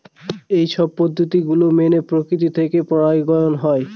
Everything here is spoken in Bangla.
এইসব পদ্ধতি গুলো মেনে প্রকৃতি থেকে পরাগায়ন হয়